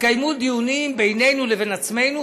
התקיימו דיונים בינינו לבין עצמנו,